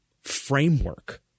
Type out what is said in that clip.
framework